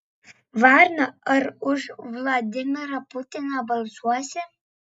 varna ar už vladimirą putiną balsuosi